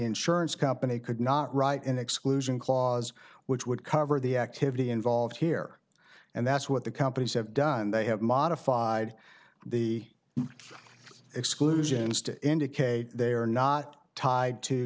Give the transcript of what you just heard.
insurance company could not write an exclusion clause which would cover the activity involved here and that's what the companies have done they have modified the exclusions to indicate they are not tied to